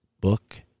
book